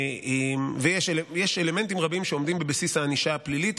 יש אלמנטים רבים שעומדים בבסיס הענישה הפלילית,